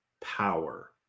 power